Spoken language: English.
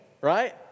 right